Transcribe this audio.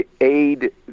aid